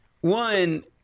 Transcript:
One